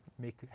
make